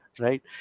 Right